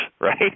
Right